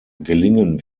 gelingen